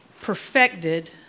perfected